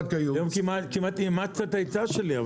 היום כמעט אימצת את העצה שלי.